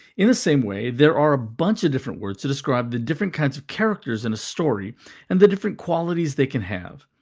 in the same way, there are a bunch of words to describe the different kinds of characters in a story and the different qualities they can have.